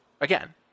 again